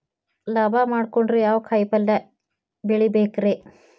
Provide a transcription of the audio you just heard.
ಲಾಭ ಮಾಡಕೊಂಡ್ರ ಯಾವ ಕಾಯಿಪಲ್ಯ ಬೆಳಿಬೇಕ್ರೇ?